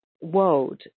world